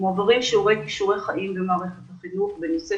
מועברים שיעורי כישורי חיים במערכת החינוך גם בנושא